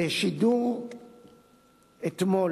בשידור אתמול